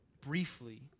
Briefly